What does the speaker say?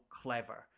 clever